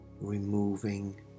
removing